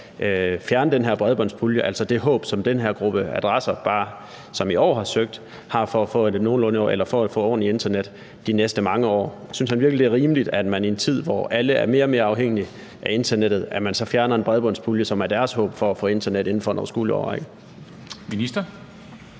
fjerne den her bredbåndspulje, altså det håb, som den her gruppe adresser, som bare i år har søgt, har for at få ordentligt internet de næste mange år? Synes han virkelig, det er rimeligt, at man i en tid, hvor alle er mere og mere afhængige af internettet, så fjerner en bredbåndspulje, som er deres håb for at få internet inden for en overskuelig